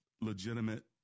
legitimate